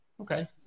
Okay